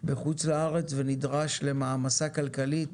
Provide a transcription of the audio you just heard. בחוץ לארץ ונדרש למעמסה כלכלית,